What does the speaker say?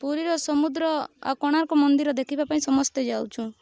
ପୁରୀର ସମୁଦ୍ର ଆଉ କୋଣାର୍କ ମନ୍ଦିର ଦେଖିବା ପାଇଁ ସମସ୍ତେ ଯାଉଛୁ